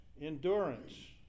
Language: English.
endurance